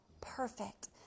perfect